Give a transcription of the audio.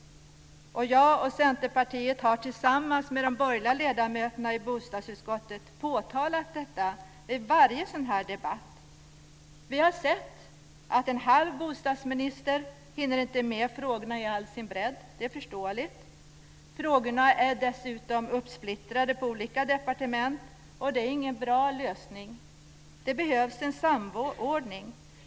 Jag och Centerpartiet har tillsammans med de borgerliga ledamöterna i bostadsutskottet påtalat detta vid varje debatt. Vi har sett att en "halv" bostadsminister inte hinner med frågorna i all sin bredd. Det är förståeligt. Frågorna är dessutom uppsplittrade på olika departement. Det är ingen bra lösning. Det behövs en samordning.